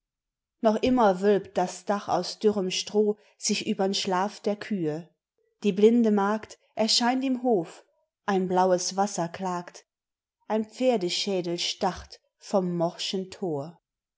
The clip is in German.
noch immer wölbt das dach aus dürrem stroh sich übern schlaf der kühe die blinde magd erscheint im hof ein blaues wasser klagt ein pferdeschädel starrt vom morschen tor